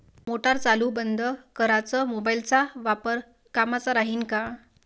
Motor चालू बंद कराच मोबाईलचा वापर कामाचा राहीन का?